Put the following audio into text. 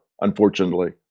unfortunately